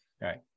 Right